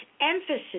emphasis